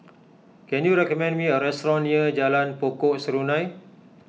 can you recommend me a restaurant near Jalan Pokok Serunai